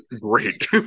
great